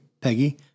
Peggy